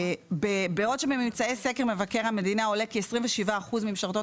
בעוד שממצאי סקר מבקר המדינה עולה כי 27% ממשרתות